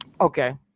Okay